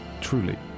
truly